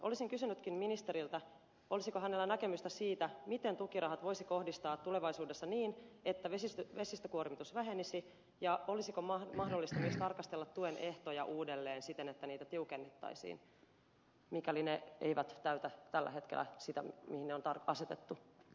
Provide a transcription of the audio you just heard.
olisin kysynytkin ministeriltä olisiko hänellä näkemystä siitä miten tukirahat voisi kohdistaa tulevaisuudessa niin että vesistökuormitus vähenisi ja olisiko mahdollista myös tarkastella tuen ehtoja uudelleen siten että niitä tiukennettaisiin mikäli ne eivät täytä tällä hetkellä sitä tavoitetta mitä varten ne on asetettu